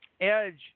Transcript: Edge